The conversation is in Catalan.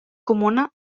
comuna